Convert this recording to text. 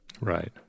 Right